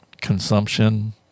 consumption